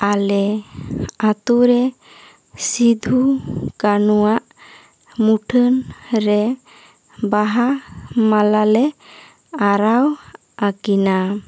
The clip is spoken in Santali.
ᱟᱞᱮ ᱟᱛᱳ ᱨᱮ ᱥᱤᱫᱷᱩ ᱠᱟᱹᱱᱦᱩᱣᱟᱜ ᱢᱩᱴᱷᱟᱹᱱ ᱨᱮ ᱵᱟᱦᱟ ᱢᱟᱞᱟ ᱞᱮ ᱟᱨᱟᱣ ᱟᱠᱤᱱᱟ